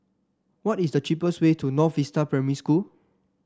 what is the cheapest way to North Vista Primary School